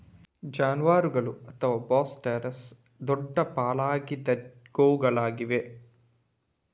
ಜಾನುವಾರುಗಳು ಅಥವಾ Bos taurus ದೊಡ್ಡ ಪಳಗಿದ ಗೋವುಗಳಾಗಿವೆ